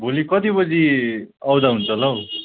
भोलि कति बजी आउँदा हुन्छ होला हौ